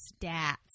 stats